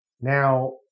Now